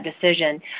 decision